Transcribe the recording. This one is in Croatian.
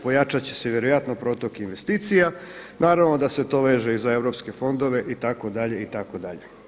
Pojačat će se vjerojatno protok investicija, naravno da se to veže za europske fondove itd., itd.